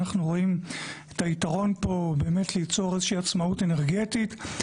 אנחנו רואים את היתרון פה באמת ליצור איזושהי עצמאות אנרגטית,